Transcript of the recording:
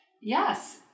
yes